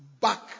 back